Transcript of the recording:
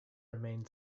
remain